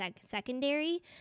secondary